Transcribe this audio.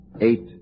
Eight